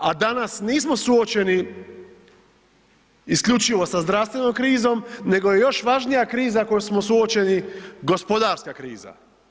A danas nismo suočeni isključivo sa zdravstvenom krizom nego je još važnija kriza kojom smo suočeni, gospodarska kriza.